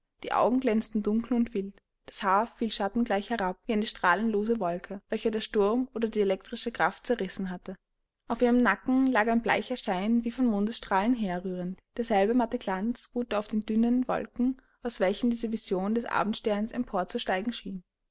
die augen glänzten dunkel und wild das haar fiel schattengleich herab wie eine strahlenlose wolke welche der sturm oder die elektrische kraft zerrissen hat auf ihrem nacken lag ein bleicher schein wie von mondesstrahlen herrührend derselbe matte glanz ruhte auf den dünnen wolken aus welchen diese vision des abendsterns emporzusteigen schien